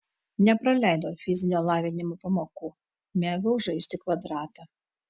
nepraleidau fizinio lavinimo pamokų mėgau žaisti kvadratą